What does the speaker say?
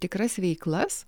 tikras veiklas